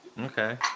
Okay